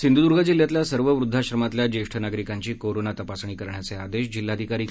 सिंधुद्र्ग जिल्ह्यातल्या सर्व वृद्वाश्रमांतल्या ज्येष्ठ नागरिकांची कोरोना तपासणी करण्याचे आदेश जिल्हाधिकारी के